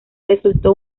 resultó